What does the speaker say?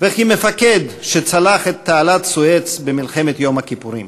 וכמפקד שצלח את תעלת-סואץ במלחמת יום הכיפורים.